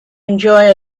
enjoy